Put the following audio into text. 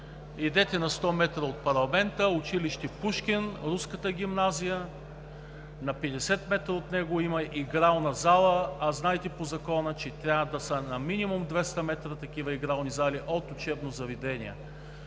Идете на 100 м от парламента – училище „Пушкин“, Руската гимназия, на 50 м от него има игрална зала, а знаете по Закона, че трябва да са на минимум на 200 м такива игрални зали от учебни заведения.